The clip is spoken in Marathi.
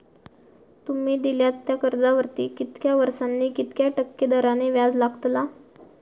तुमि दिल्यात त्या कर्जावरती कितक्या वर्सानी कितक्या टक्के दराने व्याज लागतला?